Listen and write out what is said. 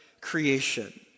creation